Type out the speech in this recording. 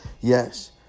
Yes